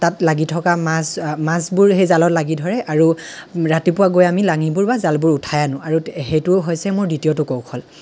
তাত লাগি থকা মাছ মাছবোৰ সেই জালত লাগি ধৰে আৰু ৰাতিপুৱা গৈ আমি লাঙিবোৰ বা জালবোৰ উঠাই আনো আৰু সেইটো হৈছে মোৰ দ্বিতীয়টো কৌশল